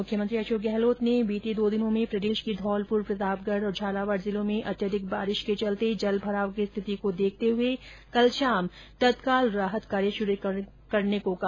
मुख्यमंत्री अशोक गहलोत ने बीते दो दिनों में प्रदेश के धौलपुर प्रतापगढ़ और झालावाड़ जिलों में अत्यधिक बारिश के चलते जल भराव की स्थिति को देखते हुए कल शाम तत्काल राहत कार्य शुरू करने को कहा